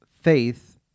faith